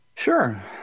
Sure